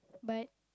but